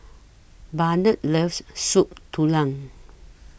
Burnett loves Soup Tulang